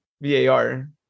VAR